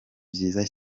byiza